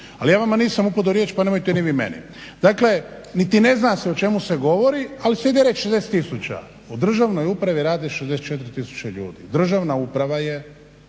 ali ja vama nisam upadao u riječ pa nemojte ni vi meni. Dakle niti ne zna se o čemu se govori ali se ide reći 60 tisuća u državnoj upravi radi 64 tisuće ljudi. Državna uprava je